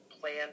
plan